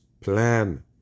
Plan